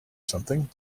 something